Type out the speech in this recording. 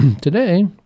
today